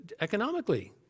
economically